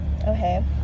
Okay